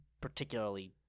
particularly